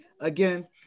again